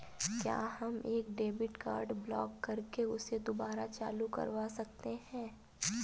क्या हम एक डेबिट कार्ड ब्लॉक करके उसे दुबारा चालू करवा सकते हैं?